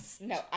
no